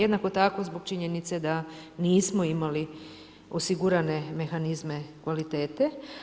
Jednako tako zbog činjenice da nismo imali osigurane mehanizme kvalitete.